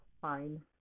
fine